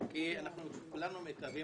כי כולנו מקווים